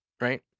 Right